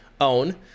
own